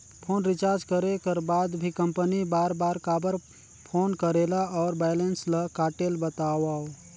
Phone recharge करे कर बाद भी कंपनी बार बार काबर फोन करेला और बैलेंस ल काटेल बतावव?